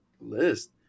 list